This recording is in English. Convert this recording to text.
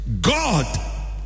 God